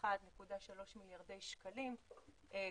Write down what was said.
בבכ-71.3 מיליארדי שקלים,